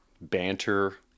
banter